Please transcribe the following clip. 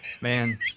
Man